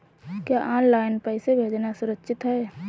क्या ऑनलाइन पैसे भेजना सुरक्षित है?